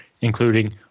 including